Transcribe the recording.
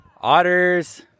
Otters